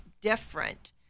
different